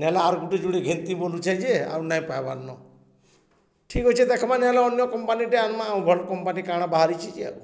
ନେହେଲେ ଆର୍ ଗୁଟେ ଜୁଡ଼ି ଘିନ୍ତି ବୋଲୁଛେ ଯେ ଆଉ ନାଇଁ ପାଇ୍ବାର୍ ନ ଠିକ୍ ଅଛେ ଦେଖ୍ମା ନାହେଲେ ଅନ୍ୟ କମ୍ପାନୀଟେ ଆନ୍ମା ଆଉ ଭଲ୍ କମ୍ପାନୀ କାଣା ବାହାରିଛେ ଯେ